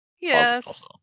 Yes